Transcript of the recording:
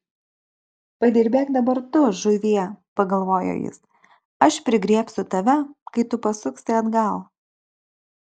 padirbėk dabar tu žuvie pagalvojo jis aš prigriebsiu tave kai tu pasuksi atgal